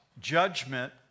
judgment